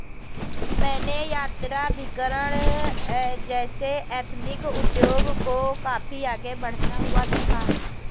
मैंने यात्राभिकरण जैसे एथनिक उद्योग को काफी आगे बढ़ता हुआ देखा है